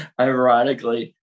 ironically